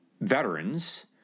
veterans